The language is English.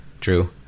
True